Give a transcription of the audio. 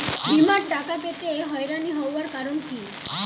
বিমার টাকা পেতে হয়রানি হওয়ার কারণ কি?